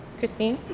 christine?